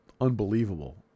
unbelievable